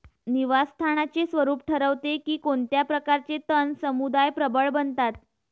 निवास स्थानाचे स्वरूप ठरवते की कोणत्या प्रकारचे तण समुदाय प्रबळ बनतात